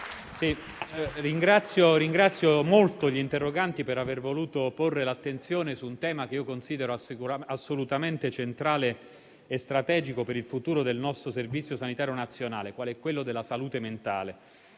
ringrazio molto gli interroganti per aver voluto porre l'attenzione su un tema che considero assolutamente centrale e strategico per il futuro del nostro Servizio sanitario nazionale, qual è quello della salute mentale.